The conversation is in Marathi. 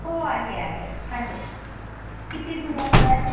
हो आहे आहे आहे किती जुड्या हव्या आहेत